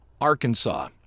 Arkansas